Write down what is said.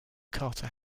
carter